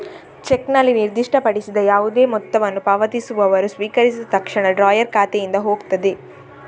ಚೆಕ್ನಲ್ಲಿ ನಿರ್ದಿಷ್ಟಪಡಿಸಿದ ಯಾವುದೇ ಮೊತ್ತವನ್ನು ಪಾವತಿಸುವವರು ಸ್ವೀಕರಿಸಿದ ತಕ್ಷಣ ಡ್ರಾಯರ್ ಖಾತೆಯಿಂದ ಹೋಗ್ತದೆ